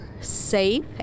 safe